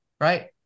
right